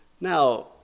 Now